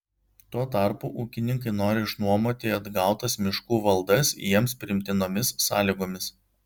tuo tarpu ūkininkai nori išnuomoti atgautas miškų valdas jiems priimtinomis sąlygomis